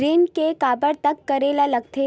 ऋण के काबर तक करेला लगथे?